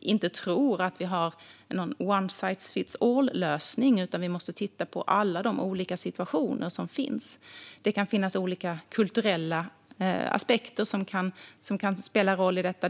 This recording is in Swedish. inte tror att vi har någon one size fits all-lösning, utan vi måste titta på alla de olika situationer som finns. Det kan finnas olika kulturella aspekter som kan spela roll i detta.